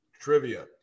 Trivia